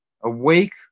awake